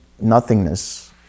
nothingness